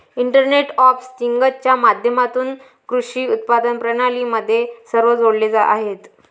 internet of थिंग्जच्या माध्यमातून कृषी उत्पादन प्रणाली मध्ये सर्व जोडलेले आहेत